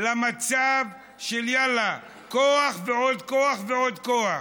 למצב של: יאללה, כוח ועוד כוח ועוד כוח.